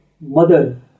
mother